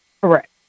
Correct